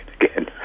again